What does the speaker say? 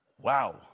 wow